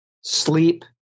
sleep